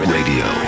Radio